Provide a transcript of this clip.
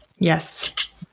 Yes